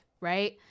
right